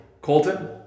Colton